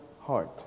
heart